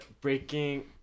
breaking